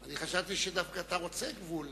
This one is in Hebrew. אני חשבתי שדווקא אתה רוצה גבול,